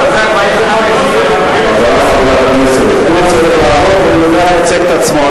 חברי חברי הכנסת, הוא יודע לייצג את עצמו.